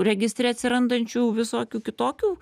registre atsirandančių visokių kitokių